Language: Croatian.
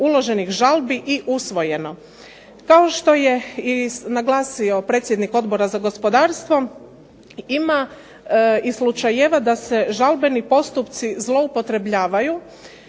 uloženih žalbi i usvojeno. Kao što je i naglasio predsjednik Odbora za gospodarstvo ima i slučajeva da se žalbeni postupci zloupotrebljavaju